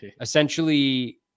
Essentially